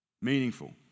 meaningful